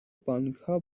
بانکها